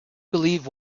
believe